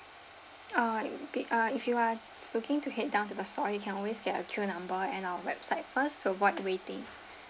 oh bet~ uh if you are looking to head down to the store you can always get a queue umber at our website first to avoid waiting